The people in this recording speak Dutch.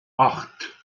acht